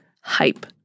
hype